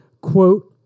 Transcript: Quote